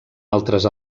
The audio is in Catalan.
altres